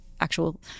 actual